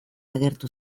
agertu